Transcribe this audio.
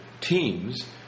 teams